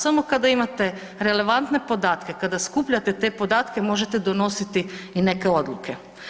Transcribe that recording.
Samo kada imate relevantne podatke, kada skupljate te podatke možete donositi i neke odluke.